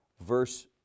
verse